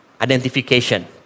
identification